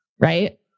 right